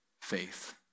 Faith